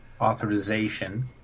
authorization